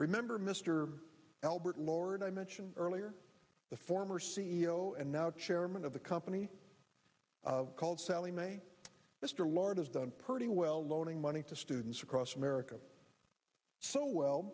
remember mr albert lord i mentioned earlier the former c e o and now chairman of the company called sallie mae mr large has done pretty well loaning money to students across america so well